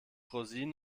rosinen